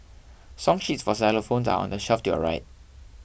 song sheets for xylophones are on the shelf to your right